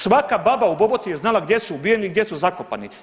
Svaka baba u Boboti je znala gdje su ubijeni, gdje su zakopani.